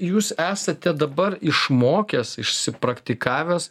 jūs esate dabar išmokęs išsipraktikavęs